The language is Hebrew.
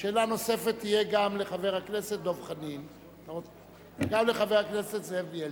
שאלה נוספת תהיה גם לחבר הכנסת דב חנין וגם לחבר הכנסת זאב בילסקי.